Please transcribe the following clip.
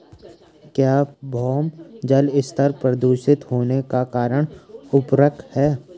क्या भौम जल स्तर प्रदूषित होने का कारण उर्वरक है?